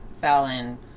Fallon